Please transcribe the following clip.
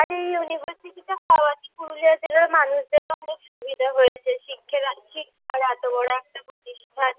আর এই ইউনিভার্সিটিটা হওয়াতে পুরুলিয়া জেলার মানুষদেরও অনেক সুবিদা হয়েছে শিক্ষেরা শিক্ষার এতো বড়ো একটা প্রতিষ্ঠান